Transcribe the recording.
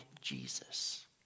Jesus